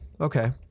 Okay